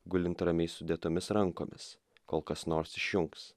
gulint ramiai sudėtomis rankomis kol kas nors išjungs